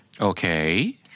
Okay